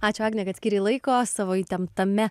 ačiū agne kad skyrei laiko savo įtemptame